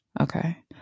Okay